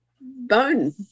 bone